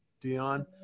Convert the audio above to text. Dion